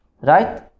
right